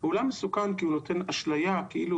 הוא עולם מסוכן כי הוא נותן אשליה כאילו